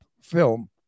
film